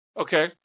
okay